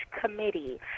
Committee